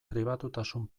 pribatutasun